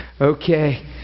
okay